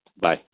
Bye